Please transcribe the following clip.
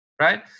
Right